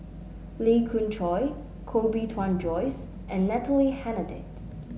Lee Khoon Choy Koh Bee Tuan Joyce and Natalie Hennedige